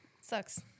Sucks